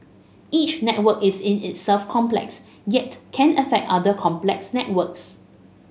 each network is in itself complex yet can affect other complex networks